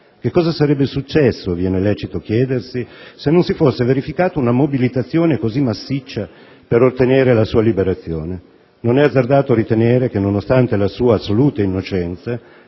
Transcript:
Che cosa sarebbe successo, viene lecito chiedersi, se non si fosse verificata una mobilitazione così massiccia per ottenere la sua liberazione? Non è azzardato ritenere che, nonostante la sua assoluta innocenza,